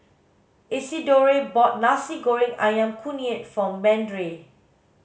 Isidore bought nasi goreng ayam kunyit for Brande